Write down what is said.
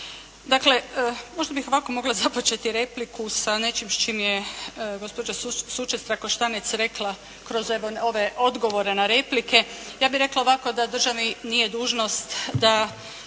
Dakle možda bih ovako mogla započeti repliku sa nečim s čim je gospođa Sučec-Trakoštanec rekla kroz ove odgovore na replike. Ja bih rekla ovako, da državi nije dužnost da